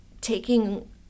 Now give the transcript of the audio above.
taking